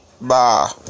Bye